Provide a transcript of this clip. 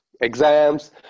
exams